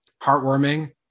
heartwarming